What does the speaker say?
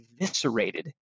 eviscerated